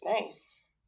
Nice